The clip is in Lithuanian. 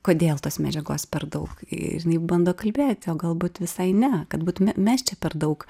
kodėl tos medžiagos per daug ir jinai bando kalbėti o galbūt visai ne kad būtume mes čia per daug